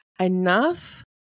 enough